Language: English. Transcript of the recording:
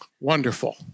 Wonderful